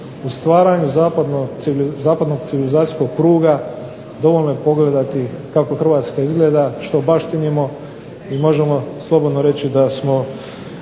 u stvaranju zapadnog civilizacijskog kruga. Dovoljno je pogledati kako Hrvatska izgleda, što baštinimo i možemo slobodno reći da smo